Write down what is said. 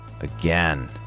again